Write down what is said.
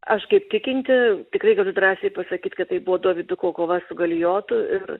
aš kaip tikinti tikrai galiu drąsiai pasakyt kad tai buvo doviduko kova su galijotu ir